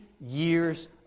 years